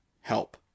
help